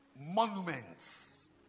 monuments